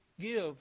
give